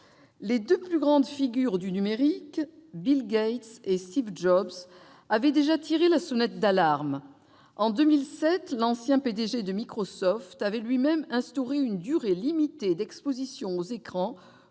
Les deux plus grandes figures du numérique, Bill Gates et Steve Jobs, avaient déjà tiré la sonnette d'alarme. En 2007, l'ancien PDG de Microsoft avait lui-même instauré une durée limitée d'exposition aux écrans